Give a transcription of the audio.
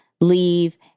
leave